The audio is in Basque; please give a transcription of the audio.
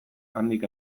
handik